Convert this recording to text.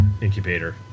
incubator